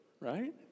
right